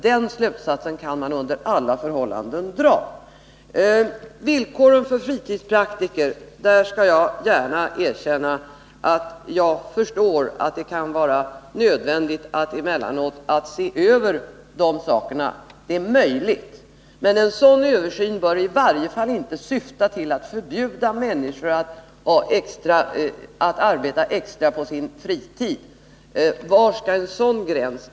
Den slutsatsen att privat vård är billigare än offentlig kan man under alla förhållanden dra. Jag skall gärna erkänna att jag förstår att det kan vara nödvändigt att emellanåt se över villkoren för fritidspraktiker. Det är möjligt. Men en sådan översyn bör i varje fall inte syfta till att förbjuda människor att arbeta extra på sin fritid. Var skall en sådan gräns dras?